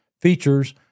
features